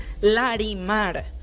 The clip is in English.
Larimar